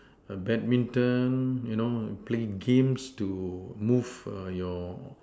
err badminton you know playing games to move err your